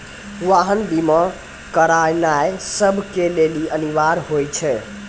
वाहन बीमा करानाय सभ के लेली अनिवार्य होय छै